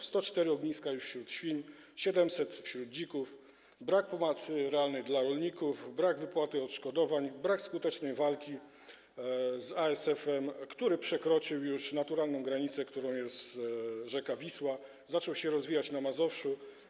Już 104 ogniska wśród świń, 700 wśród dzików, brak realnej pomocy dla rolników, brak wypłaty odszkodowań, brak skutecznej walki z ASF-em, który przekroczył już naturalną granicę, którą jest rzeka Wisła, zaczął się rozwijać na Mazowszu.